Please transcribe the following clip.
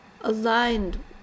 aligned